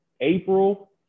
April